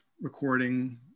recording